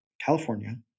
California